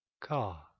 Car